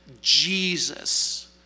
Jesus